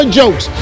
jokes